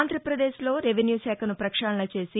ఆంధ్రప్రదేశ్లో రెవెన్యూ శాఖను ప్రక్షాళన చేసి